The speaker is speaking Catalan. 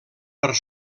per